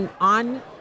on